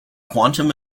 quantum